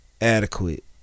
Adequate